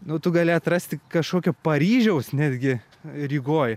nu tu gali atrasti kažkokio paryžiaus netgi rygoj